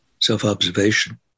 self-observation